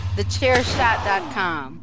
TheChairShot.com